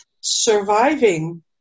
surviving